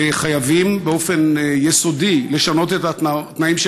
וחייבים לשנות באופן יסודי את התנאים של